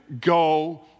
go